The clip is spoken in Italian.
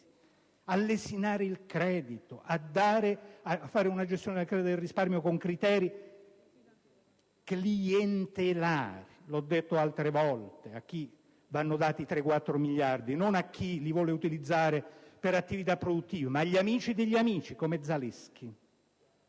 a lesinare il credito e a fare una gestione del credito del risparmio con criteri clientelari. L'ho detto altre volte a chi vanno dati 3 o 4 miliardi: non a chi li vuole utilizzare per attività produttive, ma agli amici degli amici, come nel caso